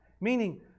meaning